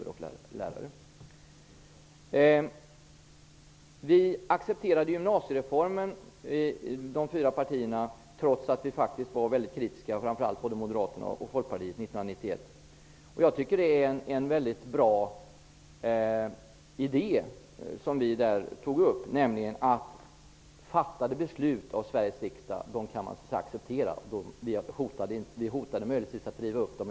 Vi i de fyra partierna accepterade gymnasiereformen 1991, trots att vi, framför allt Moderaterna och Folkpartiet, var väldigt kritiska. Vi tog där upp en mycket bra idé, nämligen att de beslut som har fattats av Sveriges riksdag kan man acceptera. Vi hotade möjligtvis att riva upp dem.